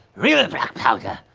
real black powder.